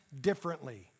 differently